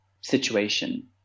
situation